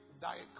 Diet